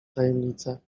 tajemnicę